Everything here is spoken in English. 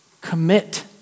Commit